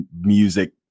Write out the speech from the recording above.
music